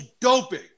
doping